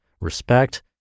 respect